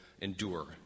endure